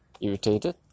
irritated